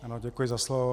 Ano, děkuji za slovo.